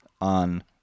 on